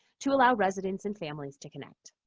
to allow residents and families to connect.